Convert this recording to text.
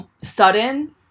sudden